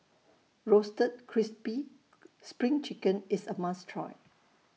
Roasted Crispy SPRING Chicken IS A must Try